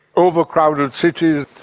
overcrowded cities,